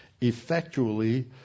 effectually